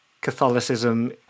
Catholicism